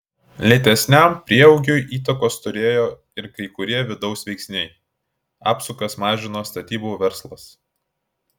lėtesniam prieaugiui įtakos turėjo ir kai kurie vidaus veiksniai apsukas mažino statybų verslas